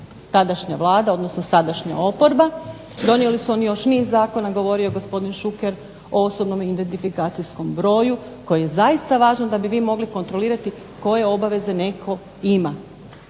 tadašnja Vlada, odnosno sadašnja oporba, donijeli su oni joiš niz zakona, govorio je gospodin Šuker o osobnom identifikacijskom broju, koji je zaista važan da bi vi mogli kontrolirati koje obaveze netko ima,